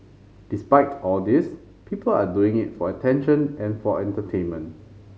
despite all these people are doing it for attention and for entertainment